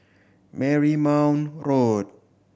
Marymount Road